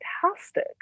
fantastic